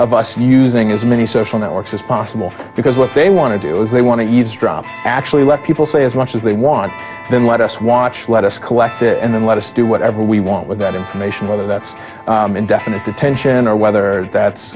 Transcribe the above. of us using as many social networks as possible because what they want to do is they want to eavesdrop actually let people say as much as they want then let us watch let us collect it and then let us do whatever we want with that information whether that's indefinite detention or whether that's